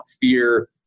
fear